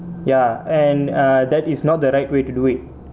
ya and err that is not the right way to do it